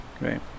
right